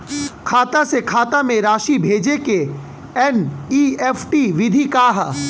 खाता से खाता में राशि भेजे के एन.ई.एफ.टी विधि का ह?